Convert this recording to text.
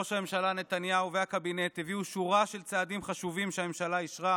ראש הממשלה נתניהו והקבינט הביאו שורה של צעדים חשובים שהממשלה אישרה: